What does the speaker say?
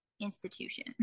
institution